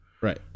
right